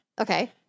Okay